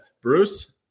Bruce